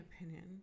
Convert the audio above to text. opinion